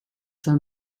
for